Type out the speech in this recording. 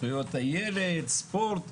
זכויות הילד, ספורט,